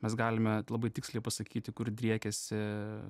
mes galime labai tiksliai pasakyti kur driekėsi